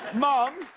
mom,